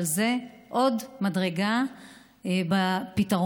אבל זו עוד מדרגה בפתרון,